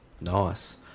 Nice